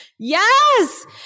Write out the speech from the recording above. Yes